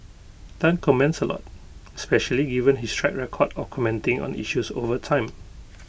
Tan comments A lot especially given his track record of commenting on issues over time